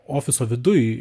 ofiso viduj